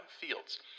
fields